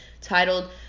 titled